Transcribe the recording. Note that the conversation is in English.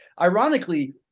Ironically